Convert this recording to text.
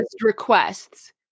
requests